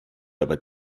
aber